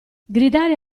gridare